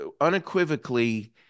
unequivocally